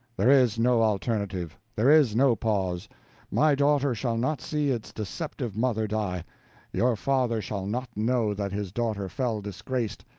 there is no alternative, there is no pause my daughter shall not see its deceptive mother die your father shall not know that his daughter fell disgraced,